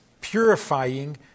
purifying